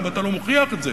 אבל אתה לא מוכיח את זה.